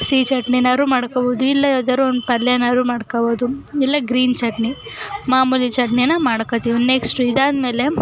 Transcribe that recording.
ಸಿಹಿ ಚಟ್ನಿನಾದ್ರೂ ಮಾಡ್ಕೊಳ್ಬೋದು ಇಲ್ಲ ಯಾವ್ದಾರ ಒಂದು ಪಲ್ಯನಾದ್ರೂ ಮಾಡ್ಕೊಳ್ಬೋದು ಇಲ್ಲ ಗ್ರೀನ್ ಚಟ್ನಿ ಮಾಮೂಲಿ ಚಟ್ನಿನ ಮಾಡ್ಕೊಳ್ತೀವಿ ನೆಕ್ಸ್ಟು ಇದಾದ್ಮೇಲೆ